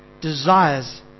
desires